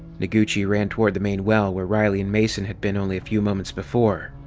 noguchi ran toward the main well, where riley and mason had been only a few moments before.